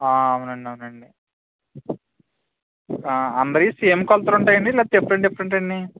అవునండీ అవునండీ అందరివీ సేమ్ కొలతలు ఉంటాయండి లేకపోతే డిఫెరెంట్ డిఫెరెంట్ అన్నీ